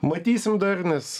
matysim dar nes